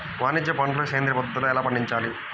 వాణిజ్య పంటలు సేంద్రియ పద్ధతిలో ఎలా పండించాలి?